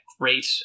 great